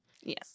Yes